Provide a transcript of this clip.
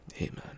Amen